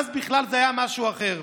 אז בכלל זה היה משהו אחר.